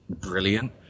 brilliant